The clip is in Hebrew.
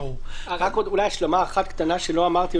רק עוד השלמה אחת קטנה שלא אמרתי,